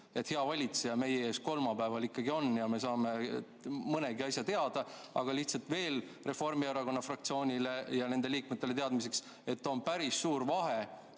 hea valitseja meie ees kolmapäeval ikkagi on ja me saame nii mõnegi asja teada? Aga lihtsalt veel Reformierakonna fraktsioonile ja nende liikmetele teadmiseks, et on päris suur vahe